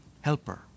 helper